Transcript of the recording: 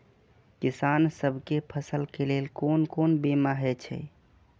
किसान सब के फसल के लेल कोन कोन बीमा हे छे?